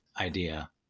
idea